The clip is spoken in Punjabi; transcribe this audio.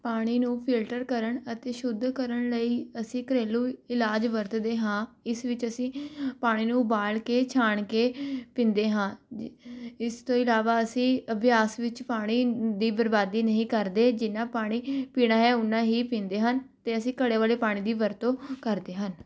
ਪਾਣੀ ਨੂੰ ਫਿਲਟਰ ਕਰਨ ਅਤੇ ਸ਼ੁੱਧ ਕਰਨ ਲਈ ਅਸੀਂ ਘਰੇਲੂ ਇਲਾਜ਼ ਵਰਤਦੇ ਹਾਂ ਇਸ ਵਿੱਚ ਅਸੀਂ ਪਾਣੀ ਨੂੰ ਉਬਾਲ ਕੇ ਛਾਣ ਕੇ ਪੀਂਦੇ ਹਾਂ ਇਸ ਤੋਂ ਇਲਾਵਾ ਅਸੀਂ ਅਭਿਆਸ ਵਿੱਚ ਪਾਣੀ ਦੀ ਬਰਬਾਦੀ ਨਹੀਂ ਕਰਦੇ ਜਿੰਨਾ ਪਾਣੀ ਪੀਣਾ ਹੈ ਉੱਨਾ ਹੀ ਪਾਣੀ ਪੀਂਦੇ ਹਨ ਅਤੇ ਅਸੀਂ ਘੜੇ ਵਾਲੇ ਪਾਣੀ ਦੀ ਵਰਤੋਂ ਕਰਦੇ ਹਨ